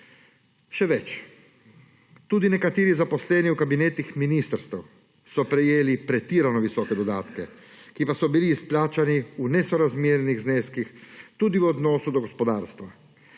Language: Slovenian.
Še več, tudi nekateri zaposleni v kabinetih ministrstev so prejeli pretirano visoke dodatke, ki pa so bili izplačani v nesorazmernih zneskih tudi v odnosu do gospodarstva.